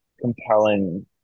compelling